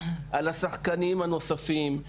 על השחקנים הנוספים,